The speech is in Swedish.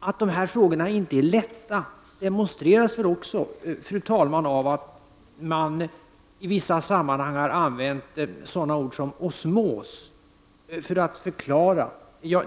Att dessa frågor inte är enkla demonstreras väl också, fru talman, av att man i vissa sammanhang har använt sådana ord som ”osmos” för att förklara detta.